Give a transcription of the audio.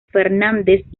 fernández